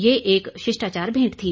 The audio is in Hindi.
ये एक शिष्टाचार भेंट थी